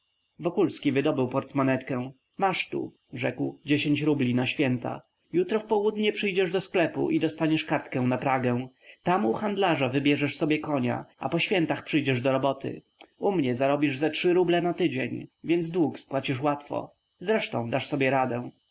zaprzątać wokulski wydobył portmonetkę masz tu rzekł dziesięć rubli na święta jutro w południe przyjdziesz do sklepu i dostaniesz kartkę na pragę tam u handlarza wybierzesz sobie konia a po świętach przyjeżdżaj do roboty u mnie zarobisz ze trzy ruble na dzień więc dług spłacisz łatwo zresztą dasz sobie radę